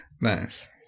Nice